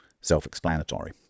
self-explanatory